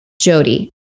Jody